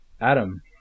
Adam